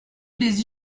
des